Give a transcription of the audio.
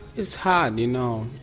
it's hard you know,